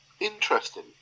interesting